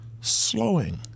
slowing